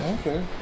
Okay